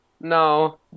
No